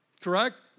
Correct